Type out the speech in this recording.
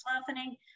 softening